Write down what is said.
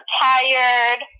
tired